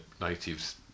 natives